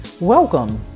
Welcome